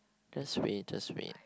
just wait just wait